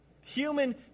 human